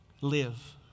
Live